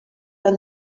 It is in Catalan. han